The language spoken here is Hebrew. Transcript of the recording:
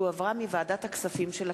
שהחזירה ועדת הכספים.